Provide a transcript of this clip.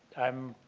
i'm